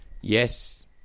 yes